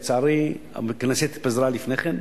לצערי, הכנסת התפזרה לפני כן,